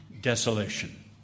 desolation